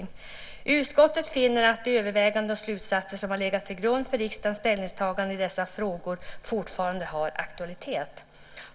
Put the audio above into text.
Man skriver vidare: "Utskottet finner att de överväganden och slutsatser som har legat till grund för riksdagens ställningstagande i dessa frågor fortfarande har aktualitet."